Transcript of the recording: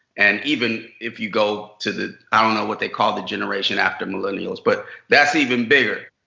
and even if you go to the i don't know what they call the generation after millennials. but that's even bigger.